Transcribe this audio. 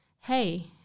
hey